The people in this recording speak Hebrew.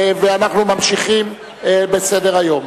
ואנחנו ממשיכים בסדר-היום.